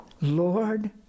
Lord